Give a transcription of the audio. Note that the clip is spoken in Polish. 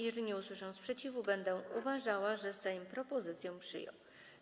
Jeżeli nie usłyszę sprzeciwu, będę uważała, że Sejm propozycję przyjął.